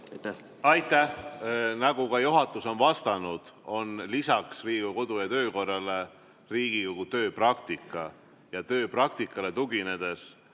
Aitäh! Nagu juhatus on vastanud, on lisaks Riigikogu kodu- ja töökorrale Riigikogu tööpraktika. Ja tööpraktikale tuginedes